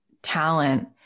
talent